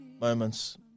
moments